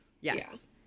yes